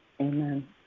Amen